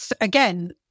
again